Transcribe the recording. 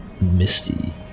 misty